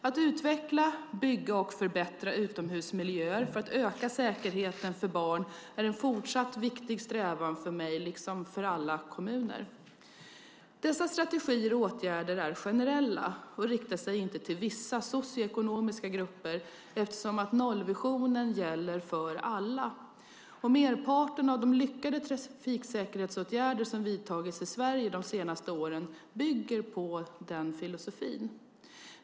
Att utveckla, bygga och förbättra utomhusmiljöer för att öka säkerheten för barn är en fortsatt viktig strävan för mig liksom för alla kommuner. Dessa strategier och åtgärder är generella och riktar sig inte till vissa socioekonomiska grupper eftersom nollvisionen gäller för alla. Merparten av de lyckade trafiksäkerhetsåtgärder som har vidtagits i Sverige de senaste åren bygger på denna filosofi.